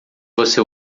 você